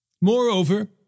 Moreover